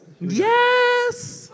Yes